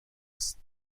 است